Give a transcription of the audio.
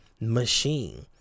machine